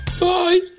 Bye